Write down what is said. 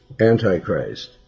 Antichrist